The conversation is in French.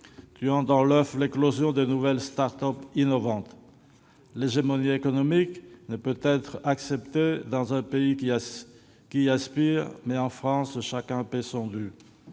tuant dans l'oeuf l'éclosion de nouvelles start-up innovantes. L'hégémonie économique est peut-être acceptée dans un pays qui y aspire, mais, en France, chacun paye son dû.